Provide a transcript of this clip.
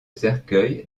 cercueil